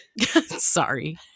Sorry